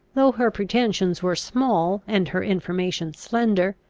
though her pretensions were small, and her information slender,